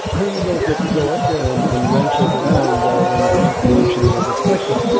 ah you don't get to go up there and and wrench it around when it's not to function like as expected.